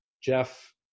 Jeff